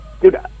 Dude